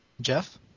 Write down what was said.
Jeff